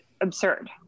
absurd